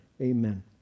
Amen